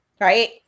right